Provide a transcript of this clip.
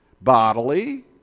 bodily